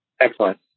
Excellent